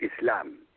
Islam